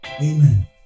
Amen